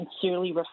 sincerely